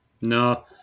No